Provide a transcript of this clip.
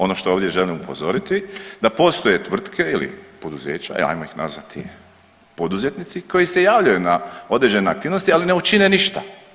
Ono što ovdje želim upozoriti da postoje tvrtke ili poduzeća, ajmo ih nazvati poduzetnici, koji se javljaju na određene aktivnosti, ali ne učine ništa.